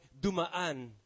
dumaan